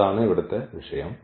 അതാണ് ഇവിടത്തെ വിഷയം